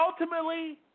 ultimately